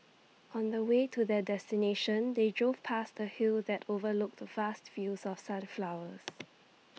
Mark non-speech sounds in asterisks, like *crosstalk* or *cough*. on the way to their destination they drove past A hill that overlooked vast fields of sunflowers *noise*